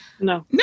No